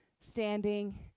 Standing